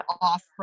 off